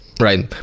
Right